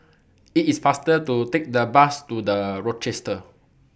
IT IS faster to Take The Bus to The Rochester